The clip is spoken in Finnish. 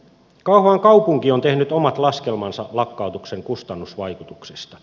kauhavan kaupunki on tehnyt omat laskelmansa lakkautuksen kustannusvaikutuksista